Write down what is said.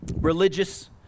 religious